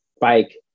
bike